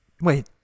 Wait